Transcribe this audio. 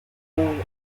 role